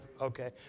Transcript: okay